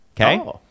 Okay